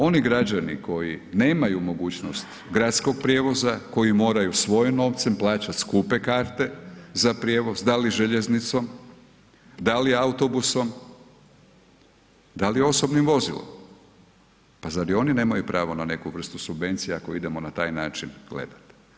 Oni građani koji nemaju mogućnost gradskog prijevoza, koji moraju svojim novcem plaćat skupe karte za prijevoz da li željeznicom, da li autobusnom, da li osobnim vozilom, pa zar i oni nemaju pravo na neku vrstu subvencija ako idemo na taj način gledati?